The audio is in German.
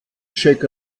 jack